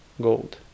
gold